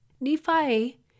Nephi